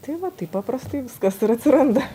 tai va taip paprastai viskas ir atsiranda